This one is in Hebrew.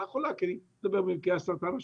חולה כי אני מדבר במקרה על סרטן השד,